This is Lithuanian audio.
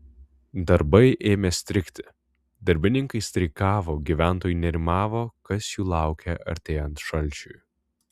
darbai ėmė strigti darbininkai streikavo gyventojai nerimavo kas jų laukia artėjant šalčiui